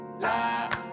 La